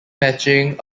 matching